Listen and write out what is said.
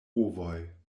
ovoj